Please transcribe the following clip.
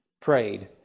prayed